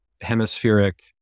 hemispheric